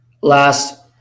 last